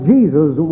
Jesus